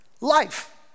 life